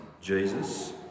Jesus